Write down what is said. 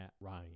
Ryan